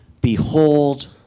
Behold